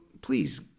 please